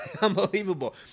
unbelievable